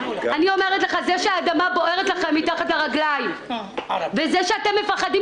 זה שהאדמה בוערת לכם מתחת לרגלים וזה שאתם מפחדים